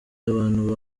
abantu